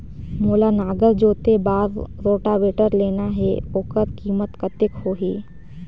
मोला नागर जोते बार रोटावेटर लेना हे ओकर कीमत कतेक होही?